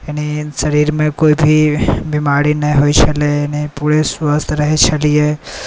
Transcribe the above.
यानी शरीरमे कोइ भी बिमारी नहि होइ छलै यानी पूरे स्वस्थ रहै छलिए